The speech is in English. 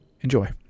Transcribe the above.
Enjoy